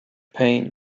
pain